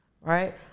right